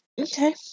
Okay